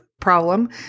problem